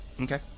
Okay